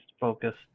focus